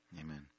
Amen